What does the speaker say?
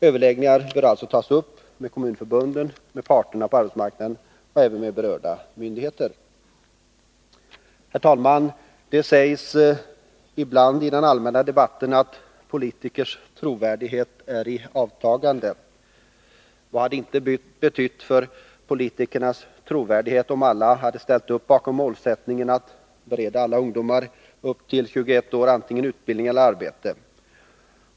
Överläggningar bör alltså tas upp med kommunförbunden, med parterna på arbetsmarknaden och även med berörda myndigheter. Herr talman! Det sägs ibland i den allmänna debatten att politikers trovärdighet är i avtagande. Vad hade det inte betytt för politikernas trovärdighet, om alla hade ställt upp bakom målsättningen att bereda alla ungdomar upp till 21 år antingen utbildning eller arbete?